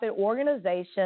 organization